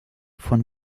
von